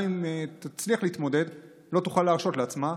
גם אם תצליח להתמודד, לא תוכל להרשות לעצמה.